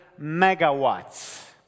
megawatts